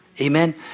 Amen